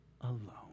alone